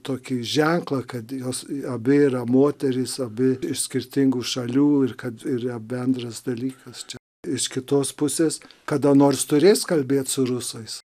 tokį ženklą kad jos abi yra moterys abi iš skirtingų šalių ir kad yra bendras dalykas čia iš kitos pusės kada nors turės kalbėt su rusais